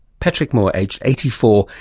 patrick moore, aged eighty four,